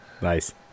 Nice